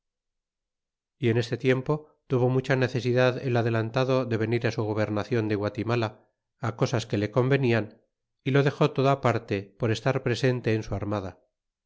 en este tiempo tuvo mucha necesidad el adelantado de venir á su g obernaclon de gua timala á cosas que le con venian y lo dexó todo á parte por estar presente en su armada